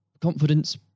confidence